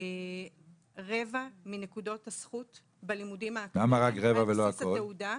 רבע מנקודות הזכות בלימודים האקדמיים על בסיס התעודה.